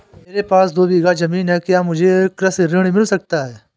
मेरे पास दो बीघा ज़मीन है क्या मुझे कृषि ऋण मिल सकता है?